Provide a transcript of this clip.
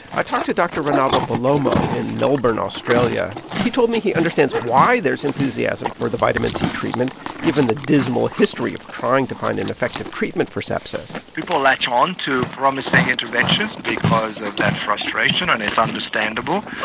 i talked to dr. rinaldo bellomo in melbourne, australia. he told me he understands why there's enthusiasm for the vitamin c treatment given the dismal history of trying to find an effective treatment for sepsis people latch on to promising interventions because of that frustration, and it's understandable.